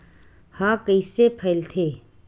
ह कइसे फैलथे?